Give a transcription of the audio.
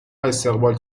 استقبال